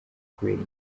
kubera